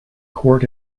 court